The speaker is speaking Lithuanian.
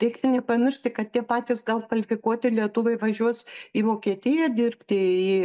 reikti nepamiršti kad tie patys gal kvalifikuoti lietuviai važiuos į vokietiją dirbti į